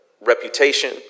reputation